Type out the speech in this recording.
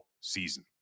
season